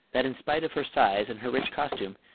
that in spite of her size and her rich costume,